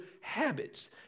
habits